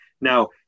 Now